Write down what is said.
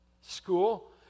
school